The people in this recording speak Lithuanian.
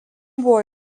buvo